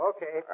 Okay